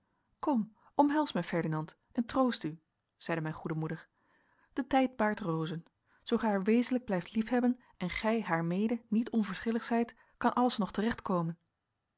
kom omhels mij ferdinand en troost u zeide mijn goede moeder de tijd baart rozen zoo gij haar wezenlijk blijft liefhebben en gij haar mede niet onverschillig zijt kan alles nog